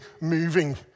moving